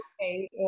okay